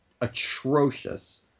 atrocious